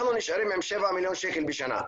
אנחנו נשארים עם שבעה מיליון שקל בשנה.